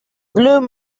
bloom